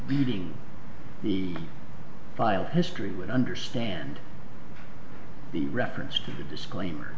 reading the file history would understand the reference to the disclaimer